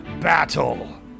battle